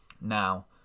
Now